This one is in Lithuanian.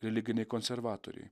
religiniai konservatoriai